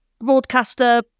broadcaster